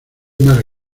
más